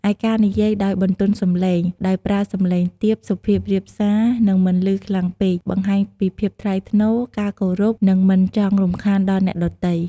ឯការនិយាយដោយបន្ទន់សំឡេង ដោយប្រើសំឡេងទាប សុភាពរាបសារ និងមិនឮខ្លាំងពេក បង្ហាញពីភាពថ្លៃថ្នូរ ការគោរព និងមិនចង់រំខានដល់អ្នកដទៃ។